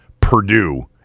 Purdue